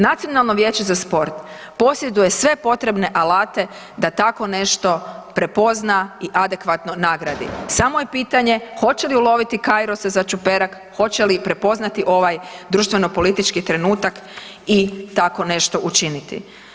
Nacionalno vijeće za sport posjeduje sve potrebne alate da tako nešto prepozna i adekvatno nagradi, samo je pitanje hoće li uloviti Kairosa za čuperak, hoće li prepoznati ovaj društvenopolitički trenutak i tako nešto učiniti?